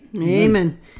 Amen